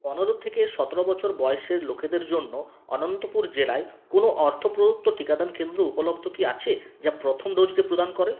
পনেরো থেকে সতেরো বছর বয়সের লোকেদের জন্য অনন্তপুর জেলায় কোনো অর্থ প্রদত্ত টিকাদান কেন্দ্র উপলব্ধ কি আছে যা প্রথম ডোজটি প্রদান করে